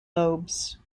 lobes